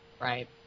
Right